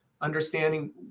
understanding